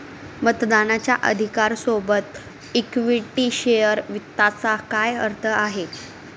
मतदानाच्या अधिकारा सोबत इक्विटी शेअर वित्ताचा काय अर्थ आहे?